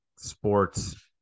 sports